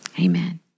Amen